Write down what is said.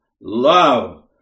love